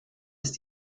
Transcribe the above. ist